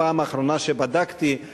פעם אחרונה שבדקתי,